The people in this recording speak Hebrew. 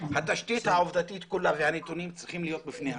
התשתית העובדתית כולה והנתונים צריכים להיות בפני השר,